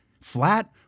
Flat